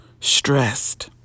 stressed